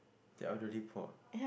the elderly poor